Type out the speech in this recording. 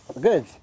Good